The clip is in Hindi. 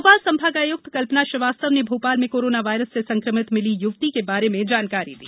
भोपाल संभागायुक्त कल्पना श्रीवास्तव ने भोपाल में कोरोना वायरस से संक्रमित मिली युवती के बारे में जानकारी दी